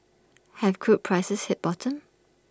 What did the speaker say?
have crude prices hit bottom